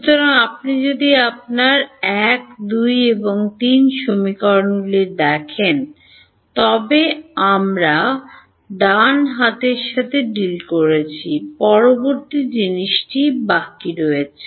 সুতরাং আপনি যদি আপনার 1 2 এবং 3 সমীকরণগুলি দেখেন তবে আমরা ডান হাতের সাথে ডিল করেছি পরবর্তী জিনিসটি বাকী রয়েছে